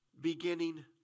beginning